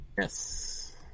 Yes